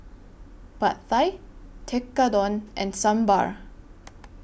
Pad Thai Tekkadon and Sambar